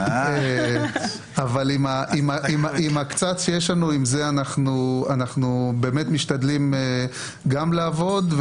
אבל עם המעט שיש לנו אנחנו משתדלים גם לעבוד,